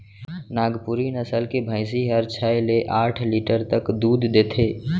नागपुरी नसल के भईंसी हर छै ले आठ लीटर तक दूद देथे